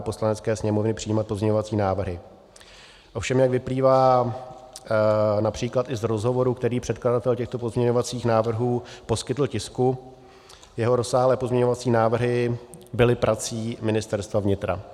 Poslanecké sněmovny přijímat pozměňovací návrhy, ovšem jak vyplývá například i z rozhovoru, který předkladatel těchto pozměňovacích návrhů poskytl tisku, jeho rozsáhlé pozměňovací návrhy byly prací Ministerstva vnitra.